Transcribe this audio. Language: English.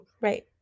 right